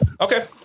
okay